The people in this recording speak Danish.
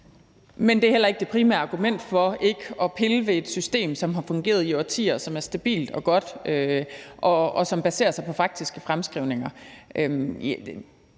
Men det er heller ikke det primære argument for ikke at pille ved et system, som har fungeret i årtier, som er stabilt og godt, og som baserer sig på faktiske fremskrivninger.